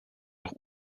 auch